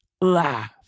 Laugh